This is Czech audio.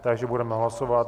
Takže budeme hlasovat.